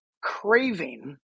craving